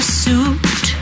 suit